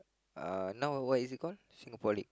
uh now what is it call Singapore league